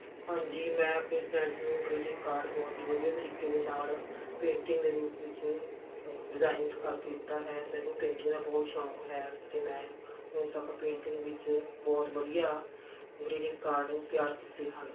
ਹਾਂਜੀ ਮੈਂ ਆਪਣੀ ਫ਼ਰੈਂਡ ਨੂੰ ਗਰੀਟਿੰਗ ਕਾਰਡ ਬਹੁਤ ਹੀ ਵਧੀਆ ਤਰੀਕੇ ਦੇ ਨਾਲ ਪੇਂਟਿੰਗ ਦੇ ਰੂਪ ਵਿੱਚ ਡਿਜ਼ਾਇਨ ਕਰਕੇ ਦਿੱਤਾ ਹੈ ਮੈਨੂੰ ਪੇਂਟਿੰਗ ਦਾ ਬਹੁਤ ਸ਼ੌਕ ਹੈ ਅਤੇ ਮੈਂ ਹੁਣ ਤੱਕ ਪੇਂਟਿੰਗ ਵਿੱਚ ਬਹੁਤ ਵਧੀਆ ਗਰੀਟਿੰਗ ਕਾਰਡ ਤਿਆਰ ਕੀਤੇ ਹਨ